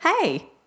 hey